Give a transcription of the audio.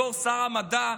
בתור שר המדע,